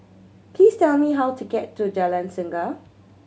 please tell me how to get to Jalan Singa